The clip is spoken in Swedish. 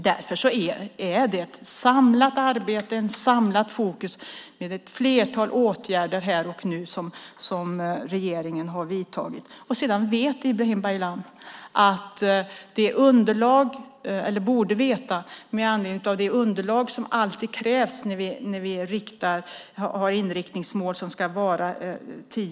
Därför har regeringen vidtagit ett flertal åtgärder som innebär ett samlat arbete, ett samlat fokus. Ibrahim Baylan borde veta att det krävs ett gediget underlag när vi har inriktningsmål tio år framåt.